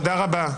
תודה רבה.